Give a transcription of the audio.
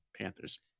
Panthers